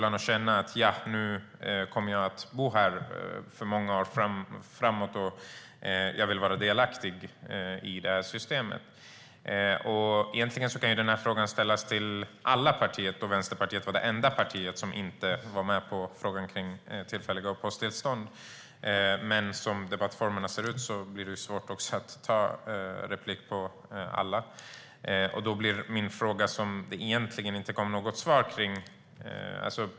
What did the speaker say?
Man kommer knappast att kunna känna: Jag kommer att bo här många år framöver, och jag vill vara delaktig i systemet. Egentligen kan frågan ställas till alla partier, eftersom Vänsterpartiet var det enda partiet som inte höll med om att tillfälliga uppehållstillstånd skulle införas. Men som debattformerna ser ut blir det svårt att ta replik på alla. Jag fick egentligen inget svar på min fråga.